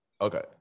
okay